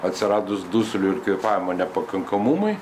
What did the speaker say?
atsiradus dusuliui ir kvėpavimo nepakankamumui